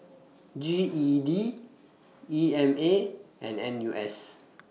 G E D E M A and N U S